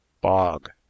Bog